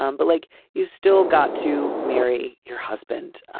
um but like you've still got to marry your husband.